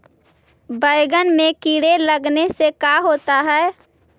बैंगन में कीड़े लगने से का होता है?